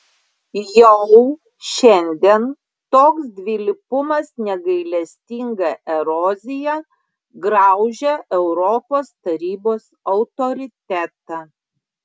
jau šiandien toks dvilypumas negailestinga erozija graužia europos tarybos autoritetą